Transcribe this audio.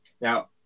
Now